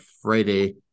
Friday